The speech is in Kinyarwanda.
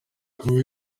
akaba